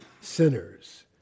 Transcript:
sinners